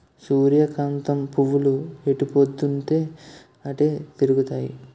సూర్యకాంతం పువ్వులు ఎటుపోద్దున్తీ అటే తిరుగుతాయి